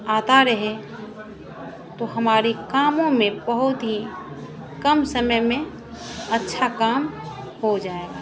आता रहे तो हमारे कामों में बहुत ही कम समय में अच्छा काम हो जाएगा